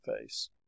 face